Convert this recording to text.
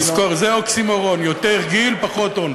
תזכור, זה אוקסימורון: יותר גיל, פחות און.